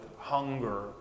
hunger